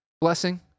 Blessing